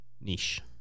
niche